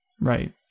Right